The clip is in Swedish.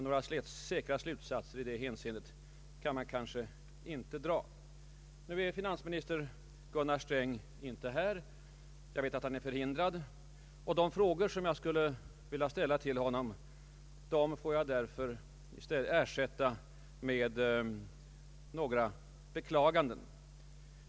Några säkra slutsatser i det hänseendet kan man kanske inte dra. Nu är finansministern Gunnar Sträng inte här. Jag vet att han är förhindrad, och de frågor som jag skulle vilja ställa till honom får jag därför i stället ersätta med några beklaganden.